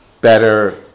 better